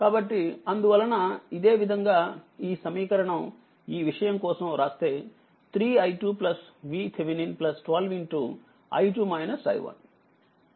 కాబట్టి అందువలనఇదే విధంగాఈ సమీకరణం ఈ విషయం కోసం వ్రాస్తే 3i2 VThevenin 12